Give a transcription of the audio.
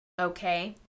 okay